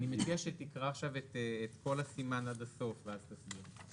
אני מציע שתקרא עכשיו את כל הסימן עד הסוף ואז תסביר.